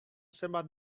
zenbait